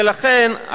ולכן,